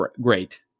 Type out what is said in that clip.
great